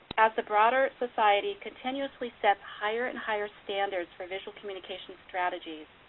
as the broader society continuously sets higher, and higher standards for visual communication strategies,